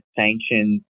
sanctions